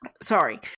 sorry